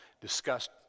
discussed